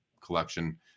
collection